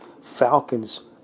Falcons